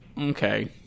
Okay